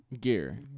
gear